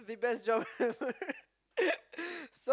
the best job ever